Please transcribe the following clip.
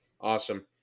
Awesome